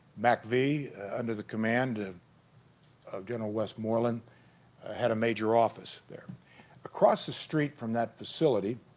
macvee under the command and of general westmoreland had a major office there across the street from that facility